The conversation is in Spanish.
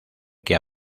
que